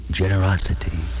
generosity